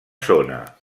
zona